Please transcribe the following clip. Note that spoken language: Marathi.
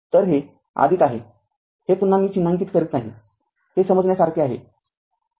तर हे आहे हे पुन्हा मी चिन्हांकित करीत नाही हे समजण्यासारखे आहे